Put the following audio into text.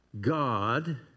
God